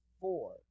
four